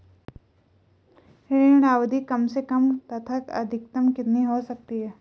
ऋण अवधि कम से कम तथा अधिकतम कितनी हो सकती है?